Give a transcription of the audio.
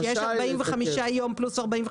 יש 45 ימים פלוס 45 ימים.